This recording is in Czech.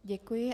Děkuji.